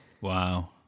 Wow